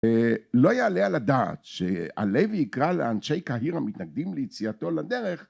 לא יעלה על הדעת שהלוי יקרא לאנשי קהיר המתנגדים ליציאתו לדרך